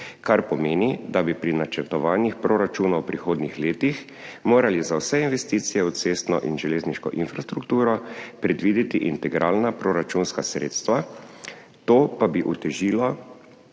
kar pomeni, da bi pri načrtovanju proračunov v prihodnjih letih morali za vse investicije v cestno in železniško infrastrukturo predvideti integralna proračunska sredstva, to pa bi otežilo